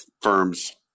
firms